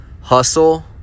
hustle